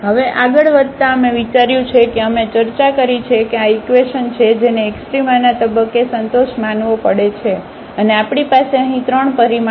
હવે આગળ વધતા અમે વિચાર્યું છે કે અમે ચર્ચા કરી છે કે આ એક ઇકવેશન છે જેને એક્સ્ટ્રામાના તબક્કે સંતોષ માનવો પડે છે અને આપણી પાસે અહીં 3 પરિમાણો છે